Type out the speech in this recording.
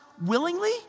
willingly